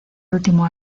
último